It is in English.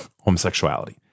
homosexuality